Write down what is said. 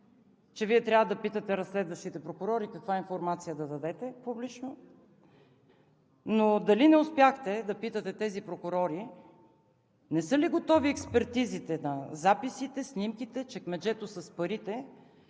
че Вие трябва да питате разследващите прокурори каква информация да дадете публично, но дали не успяхте да питате тези прокурори не са ли готови експертизите на записите, снимките, чекмеджето с парите,